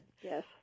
Yes